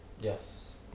Yes